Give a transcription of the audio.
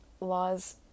laws